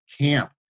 camp